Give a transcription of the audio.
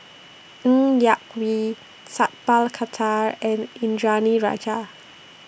Ng Yak Whee Sat Pal Khattar and Indranee Rajah